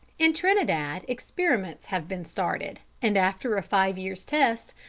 in trinidad, experiments have been started, and after a five years' test,